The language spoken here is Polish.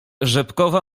rzepkowa